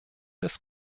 des